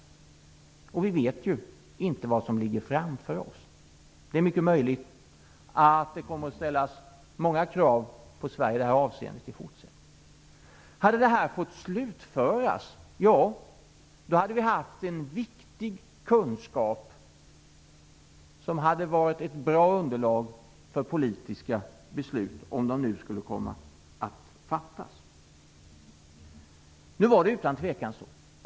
Vi vet ju inte vad som ligger framför oss. Det är mycket möjligt att det kommer att ställas många krav på Sverige i det här avseendet i fortsättningen. Om detta hade fått slutföras skulle vi haft en viktig kunskap, som hade varit ett bra underlag för politiska beslut, om de nu skulle komma att fattas.